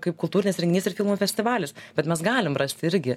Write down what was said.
kaip kultūrinis renginys ir filmų festivalis bet mes galim rast irgi